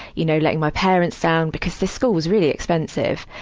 you know, letting my parents down, because this school was really expensive.